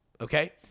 Okay